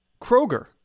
Kroger